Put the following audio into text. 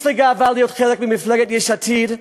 יש לי גאווה להיות חלק ממפלגת יש עתיד.